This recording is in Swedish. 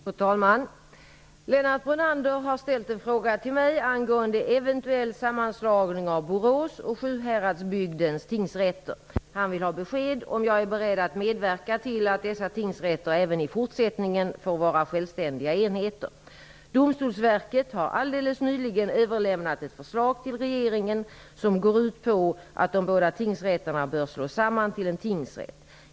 Fru talman! Lennart Brunander har ställt en fråga till mig angående eventuell sammanslagning av Borås och Sjuhäradsbygdens tingsrätter. Han vill ha besked om huruvida jag är beredd att medverka till att dessa tingsrätter även i fortsättningen får vara självständiga enheter. Domstolsverket har alldeles nyligen överlämnat ett förslag till regeringen som går ut på att de båda tingsrätterna bör slås samman till en tingsrätt.